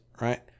right